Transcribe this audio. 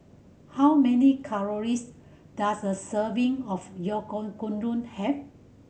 how many calories does a serving of Oyakodon have